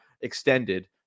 extended